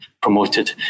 promoted